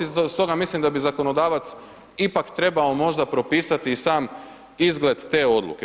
Stoga mislim da bi zakonodavac ipak trebao možda propisati i sam izgled te odluke.